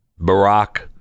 Barack